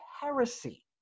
heresy